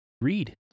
read